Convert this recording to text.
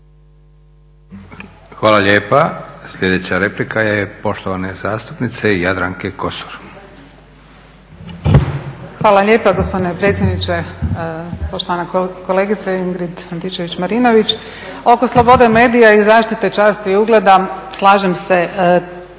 Hvala lijepa. Sljedeća replika je poštovane zastupnice Jadranke Kosor. **Kosor, Jadranka (Nezavisni)** Hvala lijepa gospodine predsjedniče. Poštovana kolegice Ingrid Antičević-Marinović. Oko slobode medija i zaštite časti i ugleda slažem se,